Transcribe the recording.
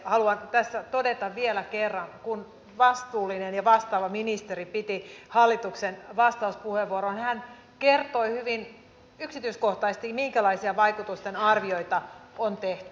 haluan tässä todeta vielä kerran että kun vastuullinen ja vastaava ministeri piti hallituksen vastauspuheenvuoroa hän kertoi hyvin yksityiskohtaisesti minkälaisia vaikutusten arvioita on tehty